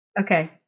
Okay